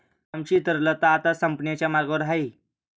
आमची तरलता आता संपण्याच्या मार्गावर आहे